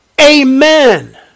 Amen